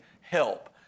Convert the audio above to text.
help